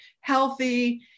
healthy